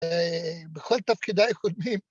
‫בכל תפקידי הקודמים